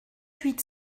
huit